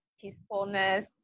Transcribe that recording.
peacefulness